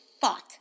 thought